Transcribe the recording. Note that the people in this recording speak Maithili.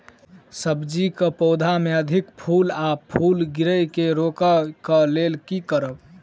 सब्जी कऽ पौधा मे अधिक फूल आ फूल गिरय केँ रोकय कऽ लेल की करब?